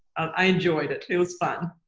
i enjoyed it, it was fun.